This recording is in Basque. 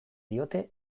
diote